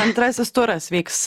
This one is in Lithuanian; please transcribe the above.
antrasis turas vyks